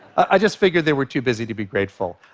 i just figured they were too busy to be grateful.